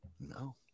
No